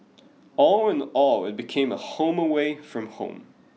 all in all it became a home away from home